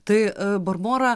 tai barbora